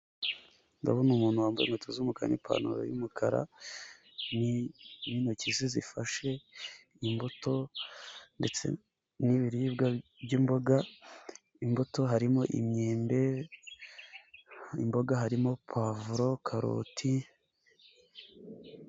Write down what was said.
Ndabona umuntu wambaye inkweto z'umukara n'ipantaro y'umukara, n'intoki ze zifashe imbuto ndetse n'ibiribwa by'imboga imbuto harimo imyembe, imboga harimo pavuro, karoti,..